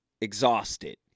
exhausted